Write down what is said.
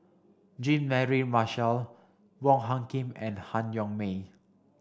Jean Mary Marshall Wong Hung Khim and Han Yong May